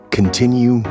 Continue